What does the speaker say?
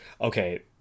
okay